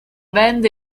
band